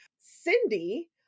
Cindy